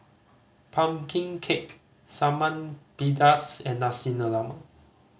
pumpkin cake pedas and Nasi Lemak